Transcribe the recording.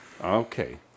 Okay